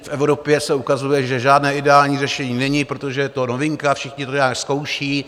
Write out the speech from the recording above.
V Evropě se ukazuje, že žádné ideální řešení není, protože je to novinka, všichni to nějak zkouší.